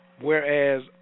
Whereas